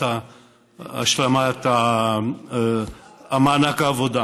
השלמת מענק העבודה.